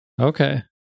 Okay